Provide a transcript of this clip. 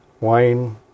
Wayne